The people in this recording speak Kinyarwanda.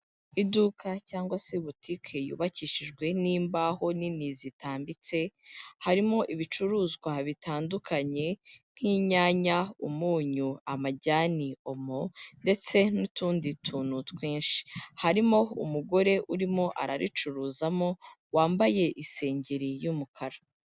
Iduka cyangwa se butike yubakishijwe n'imbaho nini zitambitse, harimo ibicuruzwa bitandukanye nk'inyanya, umunyu, amajyani, omo ndetse n'utundi tuntu twinshi, harimo umugore urimo araricuruzamo wambaye isengeri y'umukara.